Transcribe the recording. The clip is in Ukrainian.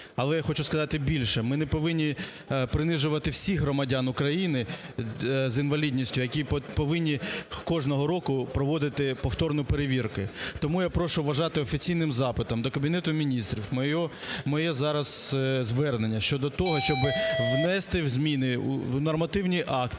Але я хочу сказати більше: ми не повинні принижувати всіх громадян України з інвалідністю, які повинні кожного року проводити повторно перевірки. Тому я прошу вважати офіційним запитом до Кабінету Міністрів моє зараз звернення щодо того, щоби внести зміни в нормативні акти,